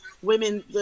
women